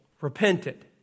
repented